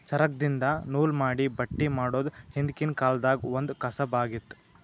ಚರಕ್ದಿನ್ದ ನೂಲ್ ಮಾಡಿ ಬಟ್ಟಿ ಮಾಡೋದ್ ಹಿಂದ್ಕಿನ ಕಾಲ್ದಗ್ ಒಂದ್ ಕಸಬ್ ಆಗಿತ್ತ್